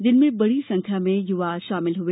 जिनमें बड़ी संख्या में युवा शामिल हुए